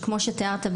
שכמו שתיארת,